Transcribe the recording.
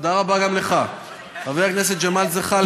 תודה רבה גם לך, חבר הכנסת ג'מאל זחאלקה.